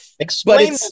Explain